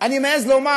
אני מעז לומר,